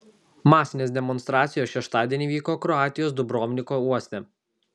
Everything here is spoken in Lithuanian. masinės demonstracijos šeštadienį vyko kroatijos dubrovniko uoste